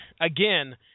again